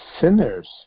sinners